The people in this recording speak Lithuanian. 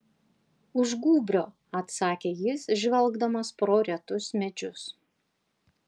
už gūbrio atsakė jis žvelgdamas pro retus medžius